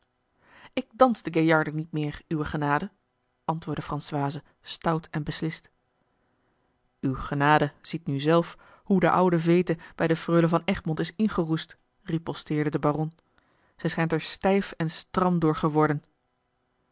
dans de gaillarde niet meer uwe genade antwoordde françoise stout en beslist uwe genade ziet nu zelf hoe de oude veete bij de freule van egmond is ingeroest riposteerde de baron zij schijnt er stijf en stram door geworden